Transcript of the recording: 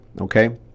Okay